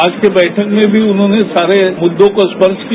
आज की बैठक में भी उन्होंने सारे मुद्दों को स्पर्श किया